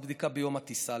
עוד בדיקה ביום הטיסה,